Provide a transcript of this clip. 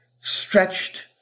stretched